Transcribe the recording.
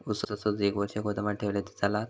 ऊस असोच एक वर्ष गोदामात ठेवलंय तर चालात?